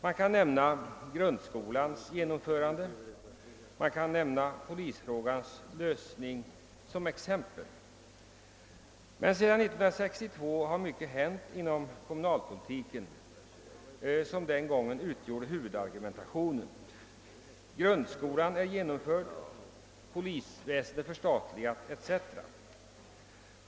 Man kan nämna grundskolans genomförande och polisfrågans lösning som exempel. Sedan 1962 har mycket genomförts inom kommunalpolitiken, som den gången utgjorde huvudargumentationen. Grundskolan är genomförd, polisväsendet förstatligat etc.